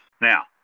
now